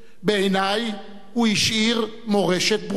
בעיני הוא השאיר מורשת ברורה.